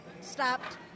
stopped